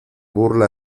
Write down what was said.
burla